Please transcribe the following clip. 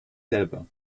selber